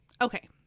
Okay